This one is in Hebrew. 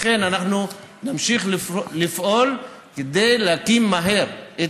לכן אנחנו נמשיך לפעול כדי להקים מהר את